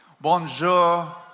Bonjour